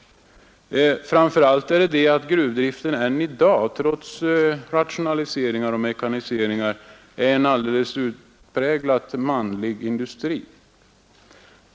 Framför allt är det att gruvdriften än i dag trots rationaliseringar och mekaniseringar är en utpräglat manlig industri.